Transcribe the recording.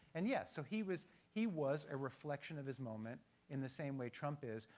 and yeah, so he was he was a reflection of his moment in the same way trump is.